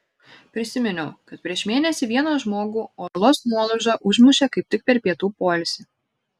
prisiminiau kad prieš mėnesį vieną žmogų uolos nuolauža užmušė kaip tik per pietų poilsį